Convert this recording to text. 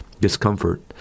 discomfort